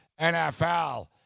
nfl